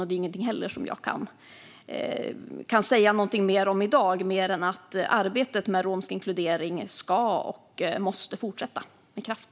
Det är inte heller något som jag kan säga någonting om i dag mer än att arbetet med romsk inkludering ska och måste fortsätta med kraft.